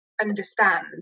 understand